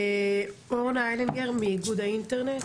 אורנה היילינגר מאיגוד האינטרנט.